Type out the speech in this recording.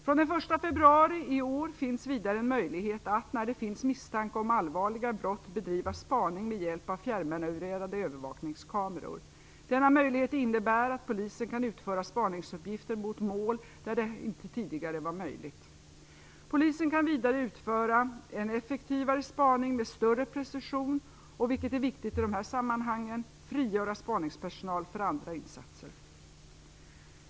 Från den 1 februari i år finns vidare en möjlighet att, när det finns misstanke om allvarliga brott, bedriva spaning med hjälp av fjärrmanövrerade övervakningskameror. Denna möjlighet innebär att polisen kan utföra spaningsuppgifter mot mål där det tidigare inte var möjligt. Polisen kan vidare utföra en effektivare spaning med större precision och, vilket är viktigt i dessa sammanhang, frigöra spaningspersonal för andra insatser.